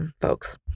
folks